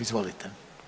Izvolite.